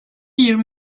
yirmi